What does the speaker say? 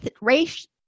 Race